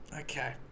okay